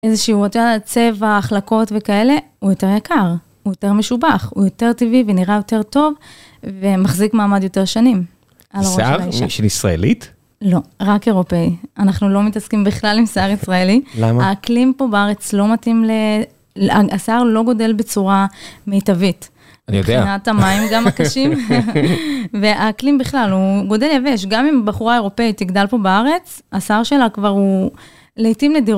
איזשהו יותר צבע, החלקות וכאלה, הוא יותר יקר, הוא יותר משובח, הוא יותר טבעי ונראה יותר טוב, ומחזיק מעמד יותר שנים על ראש האישה. זה שיער של מישהי ישראלית? לא, רק אירופאי. אנחנו לא מתעסקים בכלל עם שיער ישראלי. למה? האקלים פה בארץ לא מתאים ל... השיער לא גודל בצורה מיטבית. אני יודע. מבחינת המים, גם הקשים. והאקלים בכלל, הוא גודל יבש. גם אם בחורה אירופאית תגדל פה בארץ, השיער שלה כבר הוא... לעיתים נדירות..